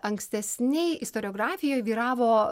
ankstesnėj istoriografijoj vyravo